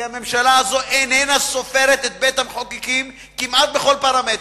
כי הממשלה הזאת אינה סופרת את בית-המחוקקים כמעט בכל פרמטר.